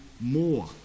more